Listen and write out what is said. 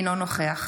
אינו נוכח